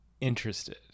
interested